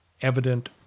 evident